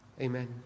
Amen